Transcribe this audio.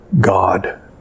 God